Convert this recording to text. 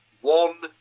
one